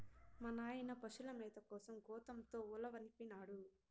మా నాయన పశుల మేత కోసం గోతంతో ఉలవనిపినాడు